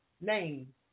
name